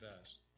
best